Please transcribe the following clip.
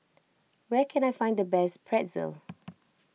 where can I find the best Pretzel